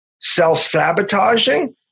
self-sabotaging